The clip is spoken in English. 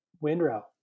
windrow